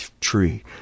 tree